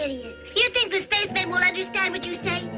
ah you you think the space men will understand what you say?